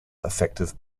effective